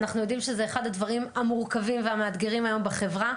אנחנו יודעים שזה אחד הדברים המורכבים והמאתגרים היום בחברה,